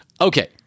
Okay